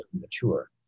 mature